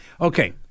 okay